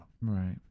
Right